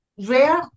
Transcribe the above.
Rare